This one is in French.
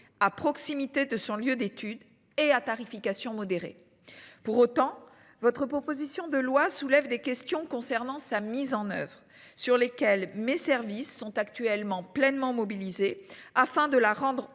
à proximité de son lieu d'études et à tarification. Pour autant, votre proposition de loi soulève des questions concernant sa mise en oeuvre sur lesquels mes services sont actuellement pleinement mobilisés afin de la rendre